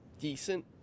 decent